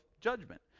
judgment